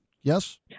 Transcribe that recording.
Yes